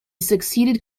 succeeded